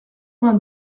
vingt